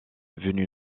venue